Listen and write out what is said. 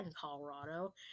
Colorado